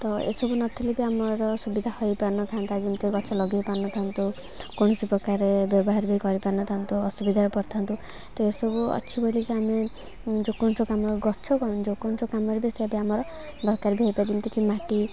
ତ ଏସବୁ ନଥିଲେ ବି ଆମର ସୁବିଧା ହୋଇପାରିନଥାନ୍ତା ଯେମିତି ଗଛ ଲଗାଇ ପାରିନଥାନ୍ତୁ କୌଣସି ପ୍ରକାର ବ୍ୟବହାର ବି କରିପାରିନଥାନ୍ତୁ ଅସୁବିଧାରେ ପଡ଼ିଥାନ୍ତୁ ତ ଏସବୁ ଅଛି ବୋଲିକି ଆମେ ଯେଉଁ କୌଣସି କାମ ଗଛ କ'ଣ ଯେଉଁ କୌଣସି କାମରେ ବି ସେ ବି ଆମର ଦରକାର ବି ହୋଇପାରିବ ଯେମିତିକି ମାଟି